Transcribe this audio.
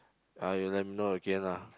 ah you let me know again lah